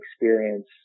experience